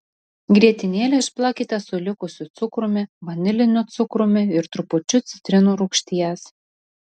grietinėlę išplakite su likusiu cukrumi vaniliniu cukrumi ir trupučiu citrinų rūgšties